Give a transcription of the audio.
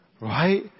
Right